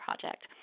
project